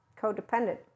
codependent